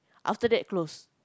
after that close